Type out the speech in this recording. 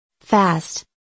fast